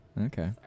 Okay